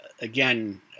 again